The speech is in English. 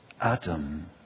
Adam